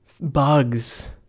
bugs